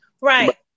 Right